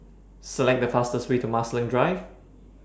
Select The fastest Way to Marsiling Drive